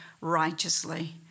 righteously